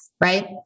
right